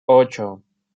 ocho